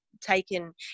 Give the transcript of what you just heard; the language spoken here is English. taken